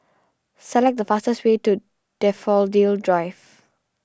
select the fastest way to Daffodil Drive